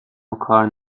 وکار